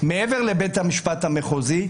מעבר לבית המשפט המחוזי,